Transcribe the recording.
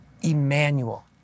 Emmanuel